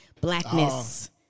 Blackness